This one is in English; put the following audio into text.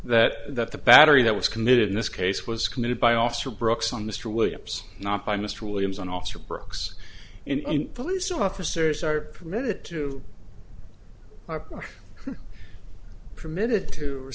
that that the battery that was committed in this case was committed by officer brooks on mr williams not by mr williams an officer perks in police officers are permitted to are permitted to